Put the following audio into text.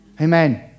Amen